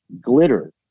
glitter